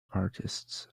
artists